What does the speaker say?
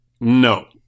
No